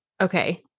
okay